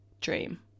dream